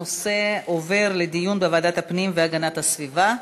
הנושא עובר לדיון בוועדת הפנים והגנת הסביבה.